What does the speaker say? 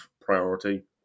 priority